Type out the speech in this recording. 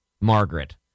Margaret